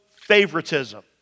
favoritism